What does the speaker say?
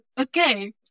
Okay